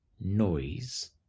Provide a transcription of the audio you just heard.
noise